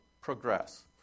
progress